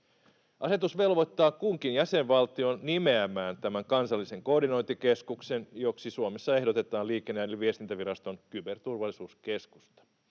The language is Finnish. Asetus velvoittaa kunkin jäsenvaltion nimeämään tämän kansallisen koordinointikeskuksen, joksi Suomessa ehdotetaan Liikenne‑ ja viestintäviraston Kyberturvallisuuskeskusta.